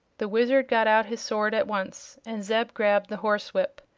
the wizard got out his sword at once, and zeb grabbed the horse-whip.